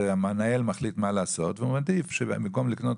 זה המנהל מחליט מה לעשות והוא מעדיף שבמקום לקנות